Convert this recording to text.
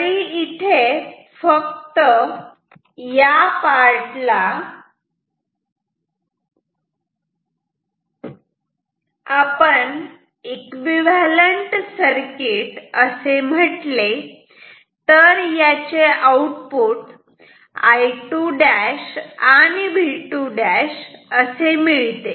तरी इथे फक्त या पार्ट ला आपण एकविव्हॅलंट सर्किट असे म्हटले तर याचे आउटपुट I2' आणि V2' असे मिळते